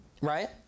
Right